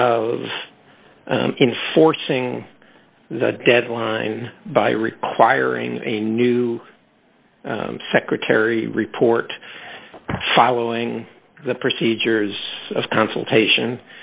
of forcing the deadline by requiring a new secretary report following the procedures of consultation